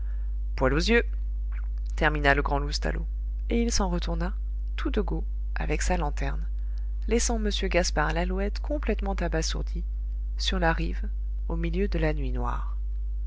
poil aux yeux termina le grand loustalot et il s'en retourna tout de go avec sa lanterne laissant m gaspard lalouette complètement abasourdi sur la rive au milieu de la nuit noire